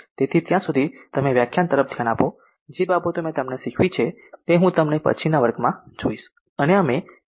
તેથી ત્યાં સુધી તમે વ્યાખ્યાન તરફ ધ્યાન આપો જે બાબતો મેં તમને શીખવી છે તે હું તમને પછીના વર્ગમાં જોઈશ અને અમે એમ